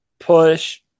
push